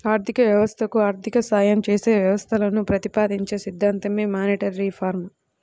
ఆర్థిక వ్యవస్థకు ఆర్థిక సాయం చేసే వ్యవస్థలను ప్రతిపాదించే సిద్ధాంతమే మానిటరీ రిఫార్మ్